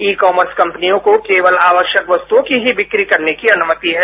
ई commerce कंपनियों को केवल आवश्यकवस्तुओं की ही विक्री करने की अनुमति है